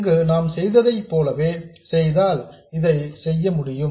இங்கு நாம் செய்தது போலவே செய்தால் இதை செய்ய முடியும்